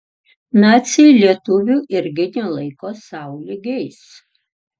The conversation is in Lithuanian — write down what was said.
naciai lietuvių irgi nelaiko sau lygiais